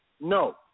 No